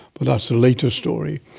but that's a later story.